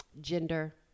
gender